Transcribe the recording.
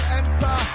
enter